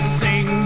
sing